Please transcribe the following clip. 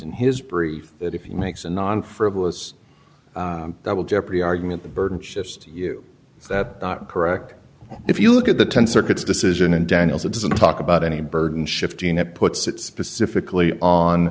in his brief that if you makes a non frivolous double jeopardy argument the burden shifts to you correct if you look at the ten circuits decision and daniels it doesn't talk about any burden shifting it puts it specifically on